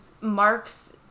mark's